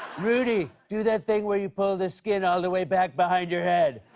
rudy, do that thing where you pull the skin all the way back behind your head.